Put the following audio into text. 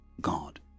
God